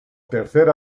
tercer